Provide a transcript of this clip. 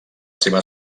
seva